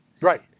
Right